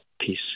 peace